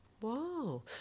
Wow